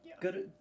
good